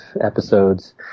episodes